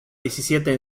diecisiete